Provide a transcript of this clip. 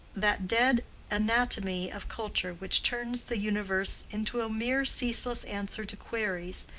that dead anatomy of culture which turns the universe into a mere ceaseless answer to queries,